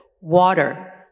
water